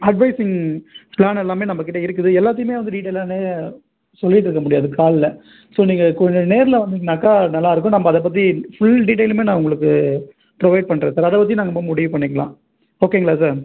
advising plan எல்லாமே நம்மக்கிட்ட இருக்குது எல்லாத்தையுமே வந்து டீட்டெய்லாக என்ன சொல்லிட்டுருக்க முடியாது காலில் ஸோ நீங்கள் கொஞ்சம் நேரில் வந்திங்கனாக்கா நல்லாயிருக்கும் நம்ப அதை பற்றி ஃபுல் டீட்டெய்லுமே நான் உங்களுக்கு ப்ரொவைட் பண்ணுறேன் சார் அதை வச்சு நம்ப முடிவு பண்ணிக்கலாம் ஓகேங்களா சார்